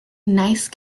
nice